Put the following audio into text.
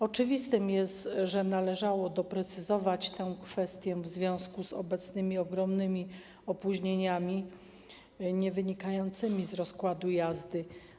Oczywiste jest, że należało doprecyzować tę kwestię w związku z obecnymi ogromnymi opóźnieniami niewynikającymi z rozkładu jazdy.